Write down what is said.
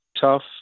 tough